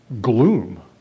gloom